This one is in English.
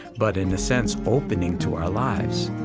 but in a sense opening to our lives